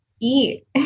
eat